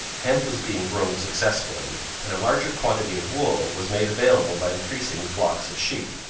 hemp was being grown successfully, and a larger quantity of wool was made available by increasing flocks of sheep.